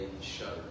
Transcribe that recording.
shudder